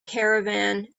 caravan